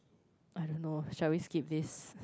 I don't know shall we skip this